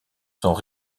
sont